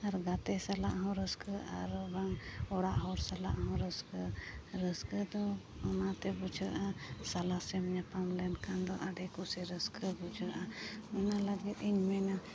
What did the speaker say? ᱟᱨ ᱜᱟᱛᱮ ᱥᱟᱞᱟᱜ ᱦᱚᱸ ᱨᱟᱹᱥᱠᱟᱹ ᱟᱨᱵᱟᱝ ᱚᱲᱟᱜ ᱦᱚᱲ ᱥᱟᱞᱟᱜ ᱦᱚᱸ ᱨᱟᱹᱥᱠᱟᱹ ᱨᱟᱹᱥᱠᱟᱹ ᱫᱚ ᱚᱱᱟᱛᱮ ᱵᱩᱡᱷᱟᱹᱜᱼᱟ ᱥᱟᱞᱟᱥᱮᱢ ᱧᱟᱯᱟᱢ ᱞᱮᱱᱠᱷᱟᱱ ᱫᱚ ᱟᱹᱰᱤ ᱠᱩᱥᱤ ᱨᱟᱹᱥᱠᱟᱹ ᱵᱩᱡᱷᱟᱹᱜᱼᱟ ᱚᱱᱟ ᱞᱟᱹᱜᱤᱫ ᱤᱧ ᱢᱮᱱᱟ